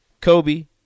Kobe